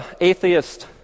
atheist